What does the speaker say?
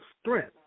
strength